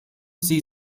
sie